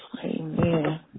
Amen